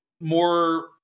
More